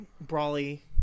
brawly